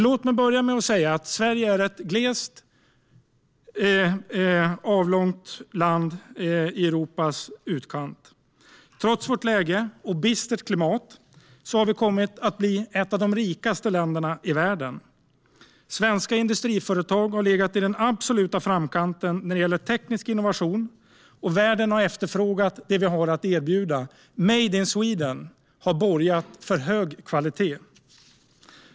Sverige är ett glest befolkat och avlångt land i Europas utkant. Trots vårt läge och vårt bistra klimat har vi kommit att bli ett av de rikaste länderna i världen. Svenska industriföretag har legat i den absoluta framkanten när det gäller teknisk innovation. Världen har efterfrågat det vi haft att erbjuda. "Made in Sweden" har borgat för hög kvalitet.